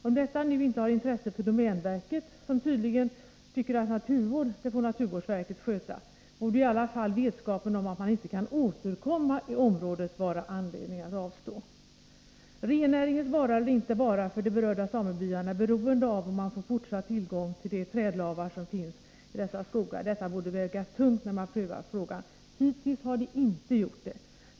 Om detta nu inte har intresse för domänverket, som tydligen tycker att naturvård får naturvårdsverket sköta, borde i alla fall vetskapen om att man inte kan återkomma i området vara anledning att avstå. Rennäringens vara eller inte vara för de berörda samebyarna är beroehde av om man får fortsatt tillgång till de trädlavar som finns i dessa skogar. Detta borde väga tungt när man prövar frågan. Hittills har det inte gjort det.